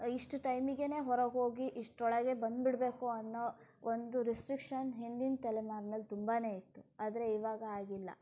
ಇಷ್ಟು ಟೈಮಿಗೇ ಹೊರಗೆ ಹೋಗಿ ಇಷ್ಟರೊಳಗೇ ಬಂದ್ಬಿಡ್ಬೇಕು ಅನ್ನೋ ಒಂದು ರಿಸ್ಟ್ರಿಕ್ಷನ್ ಹಿಂದಿನ ತಲೆಮಾರಿನಲ್ಲಿ ತುಂಬಾನೇ ಇತ್ತು ಆದರೆ ಇವಾಗ ಹಾಗಿಲ್ಲ